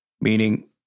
meaning